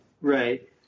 Right